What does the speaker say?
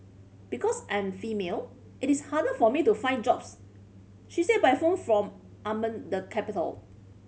because I'm female it is harder for me to find jobs she said by phone from Amman the capital